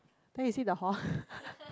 can you see the hole